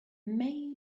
may